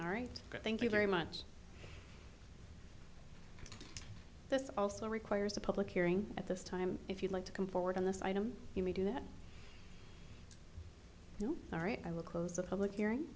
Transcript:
all right thank you very much this also requires a public hearing at this time if you'd like to come forward on this item you may do that all right i will close the public hearing